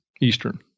Eastern